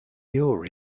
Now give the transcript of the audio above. your